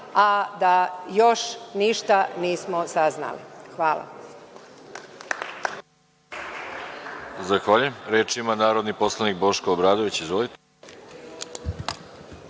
a da još ništa nismo saznali. Hvala.